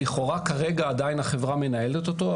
שלכאורה כרגע עדיין החברה מנהלת אותו,